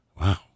Wow